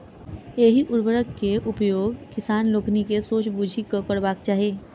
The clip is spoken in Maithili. एहि उर्वरक के उपयोग किसान लोकनि के सोचि बुझि कअ करबाक चाही